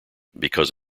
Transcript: because